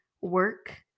work